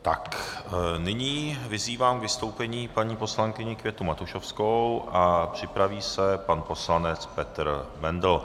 Tak nyní vyzývám k vystoupení paní poslankyni Květu Matušovskou a připraví se pan poslanec Petr Bendl.